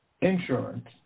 insurance